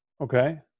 Okay